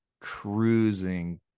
cruising